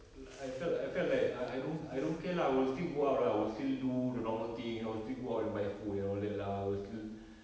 li~ I felt I felt like ah I don~ I don't care lah I will still go out lah I will still do the normal things I will still go out and buy food and all that lah I will still